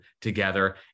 together